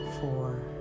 four